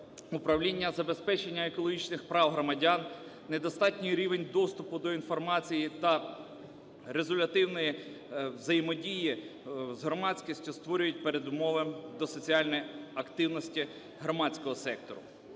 управління, забезпечення екологічних прав громадян, недостатній рівень доступу до інформації та резолютивної взаємодії з громадськістю створюють передумови до соціальної активності громадського сектору.